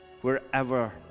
wherever